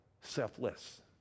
selfless